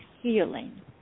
healing